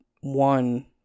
one